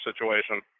situation